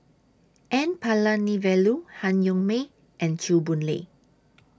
N Palanivelu Han Yong May and Chew Boon Lay